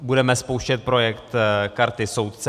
Budeme spouštět projekt karty soudce.